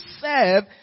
serve